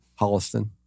Holliston